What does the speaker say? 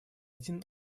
один